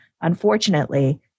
Unfortunately